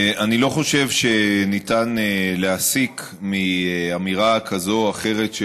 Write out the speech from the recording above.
אני לא חושב שניתן להסיק מאמירה כזאת או אחרת של